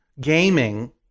Gaming